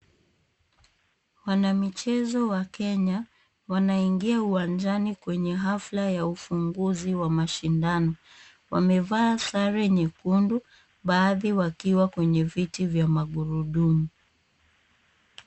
Wanamichezo wa Kenya wanaingia uwanjani kwenye hafla ya ufunguzi wa mashindano. Wamevaa sare nyekundu baadhi wakiwa kwenye viti vya magurudumu.